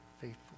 faithful